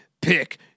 Pick